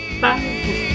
Bye